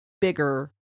bigger